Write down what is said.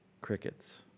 Crickets